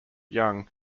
young